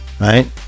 right